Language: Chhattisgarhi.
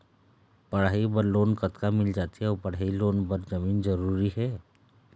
पढ़ई बर लोन कतका मिल जाथे अऊ पढ़ई लोन बर जमीन जरूरी हे?